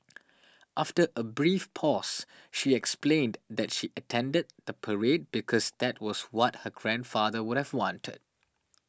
after a brief pause she explained that she attended the parade because that was what her grandfather would have wanted